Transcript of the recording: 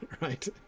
right